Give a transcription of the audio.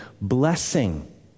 blessing